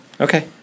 Okay